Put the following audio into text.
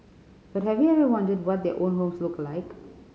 but have you ever wondered what their own homes look like